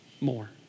more